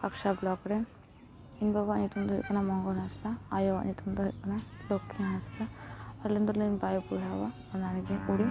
Kaksa block ᱨᱮ ᱤᱧ ᱵᱟᱵᱟᱣᱟᱜ ᱧᱩᱛᱩᱢ ᱫᱚ ᱦᱩᱭᱩᱜ ᱠᱟᱱᱟ ᱢᱚᱝᱜᱚᱞ ᱦᱟᱸᱥᱫᱟ ᱟᱭᱳ ᱟᱜ ᱧᱩᱛᱩᱢ ᱫᱚ ᱦᱩᱭᱩᱜ ᱠᱟᱱᱟ ᱞᱚᱠᱠᱷᱤ ᱦᱟᱸᱥᱫᱟ ᱟᱹᱞᱤᱧ ᱫᱚᱞᱤᱧ ᱵᱟᱨ ᱵᱚᱭᱦᱟᱣᱟ ᱵᱟᱱᱟᱨ ᱜᱮ ᱠᱩᱲᱤ